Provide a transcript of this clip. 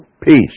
peace